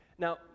Now